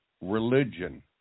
religion